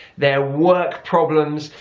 their work problems.